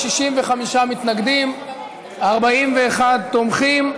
65 מתנגדים ו-41 תומכים.